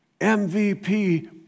MVP